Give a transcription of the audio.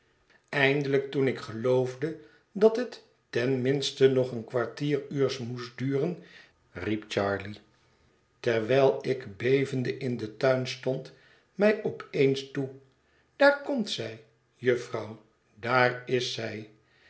eindelijk toen ik geloofde dat het ten minste nog een kwartier uurs moest duren riep charley terwijl ik bevende in den tuin stond mij op eens toe daar komt zij jufvrouw daar is zij